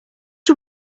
you